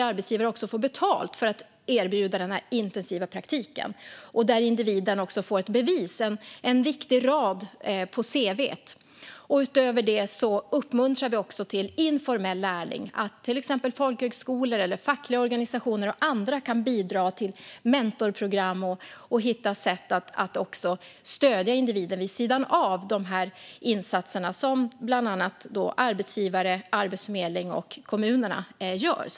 De får betalt för att erbjuda denna intensiva praktik, och individen får ett bevis och en viktig rad på sitt cv. Utöver det uppmuntrar vi till informellt lärlingskap. Till exempel folkhögskolor och fackliga organisationer kan bidra till mentorsprogram och hitta sätt att stödja individen vid sidan av de insatser som bland annat arbetsgivare, Arbetsförmedlingen och kommunerna gör.